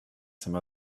some